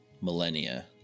millennia